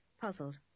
puzzled